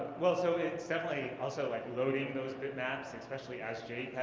well, so it's definitely also, like, loading those bit maps, especially as jpegs.